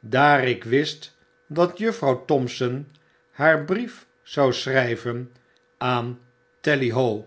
daar ik wist dat juffrouw thompson haar brief zou schrijven aan tally ho